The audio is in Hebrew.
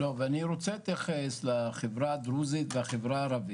אני רוצה להתייחס לחברה הדרוזית והחברה הערבית,